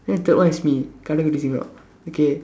then third one is me Kadaikutty Singam singkam okay